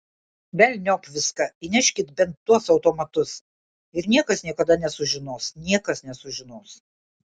velniop viską įneškit bent tuos automatus ir niekas niekada nesužinos niekas nesužinos